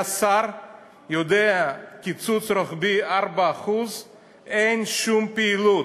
שר יודע שבקיצוץ רוחב של 4% אין שום פעילות,